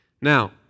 Now